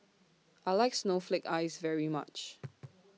I like Snowflake Ice very much